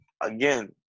again